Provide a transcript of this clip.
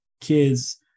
kids